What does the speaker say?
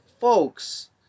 folks